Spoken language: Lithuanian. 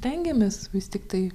tengiamės vis tiktai